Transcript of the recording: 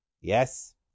Yes